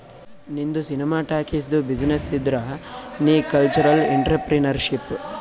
ನಿಂದು ಸಿನಿಮಾ ಟಾಕೀಸ್ದು ಬಿಸಿನ್ನೆಸ್ ಇದ್ದುರ್ ನೀ ಕಲ್ಚರಲ್ ಇಂಟ್ರಪ್ರಿನರ್ಶಿಪ್